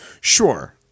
Sure